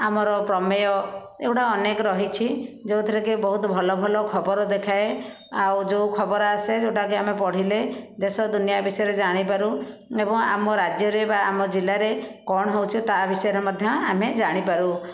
ଆମର ପ୍ରମେୟ ଏଗୁଡ଼ାକ ଅନେକ ରହିଛି ଯେଉଁଥିରେକି ବହୁତ ଭଲ ଭଲ ଖବର ଦେଖାଏ ଆଉ ଯେଉଁ ଖବର ଆସେ ଯେଉଁଟାକି ଆମେ ପଢ଼ିଲେ ଦେଶ ଦୁନିଆଁ ବିଷୟରେ ଜାଣିପାରୁ ଏବଂ ଆମ ରାଜ୍ୟରେ ବା ଆମ ଜିଲ୍ଲାରେ କ'ଣ ହେଉଛି ତା' ବିଷୟରେ ମଧ୍ୟ ଆମେ ଜାଣିପାରୁ